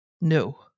no